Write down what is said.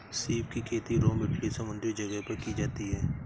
सीप की खेती रोम इटली समुंद्री जगह पर की जाती है